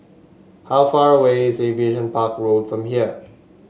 how far away is Aviation Park Road from here